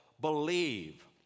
believe